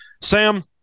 Sam